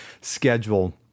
schedule